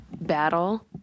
battle